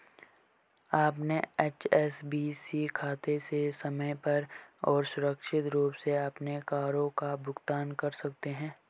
अपने एच.एस.बी.सी खाते से समय पर और सुरक्षित रूप से अपने करों का भुगतान कर सकते हैं